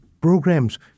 programs